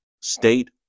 State